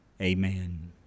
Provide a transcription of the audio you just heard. Amen